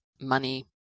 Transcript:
money